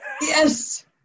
Yes